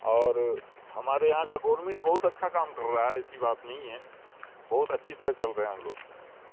اور ہمارے یہاں کا گورنمنٹ بہت اچھا کام کر رہا ہے ایسی بات نہیں ہے بہت اچھی طرح چل رہے ہیں ہم لوگ